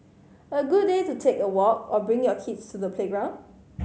a good day to take a walk or bring your kids to the playground